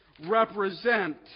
Represent